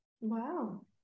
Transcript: wow